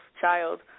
child